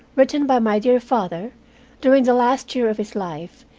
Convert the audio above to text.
written by my dear father during the last year of his life,